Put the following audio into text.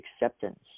acceptance